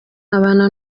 abana